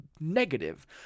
negative